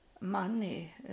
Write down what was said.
money